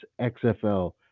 xfl